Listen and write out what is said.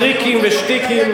טריקים ושטיקים,